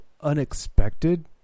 unexpected